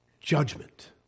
judgment